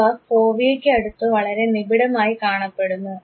അവ ഫോവിയയ്ക്ക് അടുത്ത് വളരെ നിബിഢമായി കാണപ്പെടുന്നു